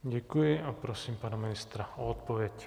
Děkuji a prosím pana ministra o odpověď.